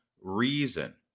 reason